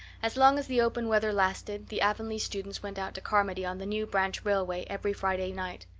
as long as the open weather lasted the avonlea students went out to carmody on the new branch railway every friday night.